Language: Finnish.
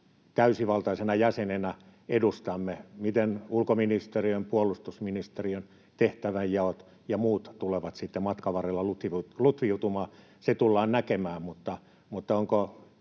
täysivaltaisena jäsenenä edustamme? Miten ulkoministeriön ja puolustusministeriön tehtävänjaot ja muut tulevat sitten matkan varrella lutviutumaan? Se tullaan näkemään, mutta onko